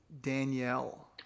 Danielle